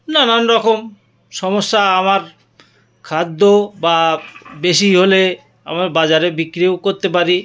নানান রকম সমস্যা আমার খাদ্য বা বেশি হলে আবার বাজারে বিক্রিও করতে পারি